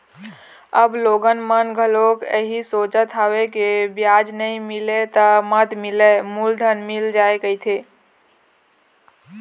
अब लोगन मन घलोक इहीं सोचत हवय के बियाज नइ मिलय त मत मिलय मूलेधन मिल जाय कहिके